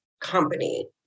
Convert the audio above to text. company